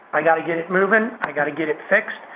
i gotta get it moving, i gotta get it fixed,